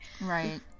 Right